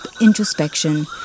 introspection